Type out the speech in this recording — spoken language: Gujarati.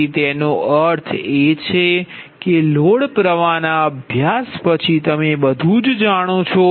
તેથી તેનો અર્થ એ છે કે લોડ પ્રવાહના અભ્યાસ પછી તમે બધું જ જાણો છો